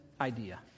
idea